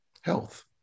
health